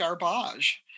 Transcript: garbage